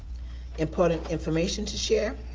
important information to share,